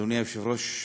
אדוני היושב-ראש,